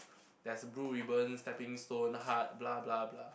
there's blue ribbon stepping stone heart blah blah blah